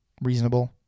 reasonable